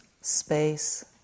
space